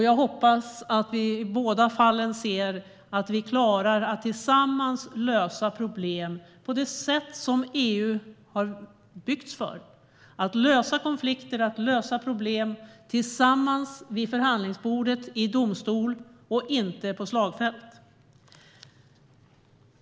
Jag hoppas att vi i båda fallen ser att vi klarar att tillsammans lösa problem på det sätt som EU har byggts för, nämligen att lösa konflikter och lösa problem tillsammans vid förhandlingsbordet och i domstol och inte på slagfält.